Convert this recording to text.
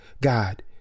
God